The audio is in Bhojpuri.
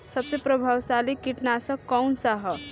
सबसे प्रभावशाली कीटनाशक कउन सा ह?